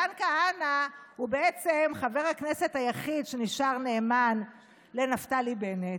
מתן כהנא הוא בעצם חבר הכנסת היחיד שנשאר נאמן לנפתלי בנט.